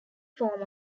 form